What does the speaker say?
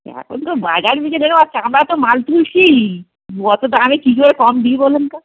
এ এখন তো বাজার আমরা তো মাল তুলছি অতটা আমি কি করে কম দিই বলুন তো